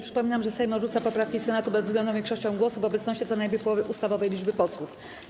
Przypominam, że Sejm odrzuca poprawki Senatu bezwzględną większością głosów w obecności co najmniej połowy ustawowej liczby posłów.